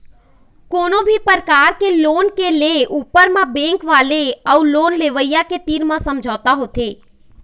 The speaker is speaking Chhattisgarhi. कोनो भी परकार के लोन के ले ऊपर म बेंक वाले अउ लोन लेवइया के तीर म समझौता होथे